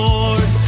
Lord